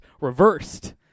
reversed